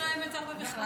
אני לא נואמת הרבה בכלל.